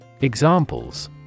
Examples